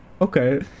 okay